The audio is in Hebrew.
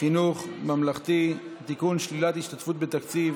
חינוך ממלכתי (תיקון שלילת השתתפות בתקציב